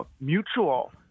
mutual –